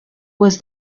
was